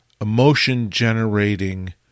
emotion-generating